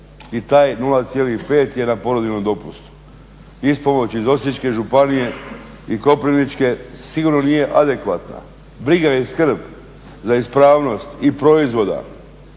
i taj 0,5 je na porodiljnom dopustu. Ispomoć iz Osječke županije i koprivničke sigurno nije adekvatna. Briga i skrb za ispravnost i proizvoda